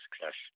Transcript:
success